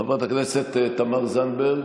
חברת הכנסת תמר זנדברג,